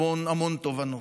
המון המון תובנות.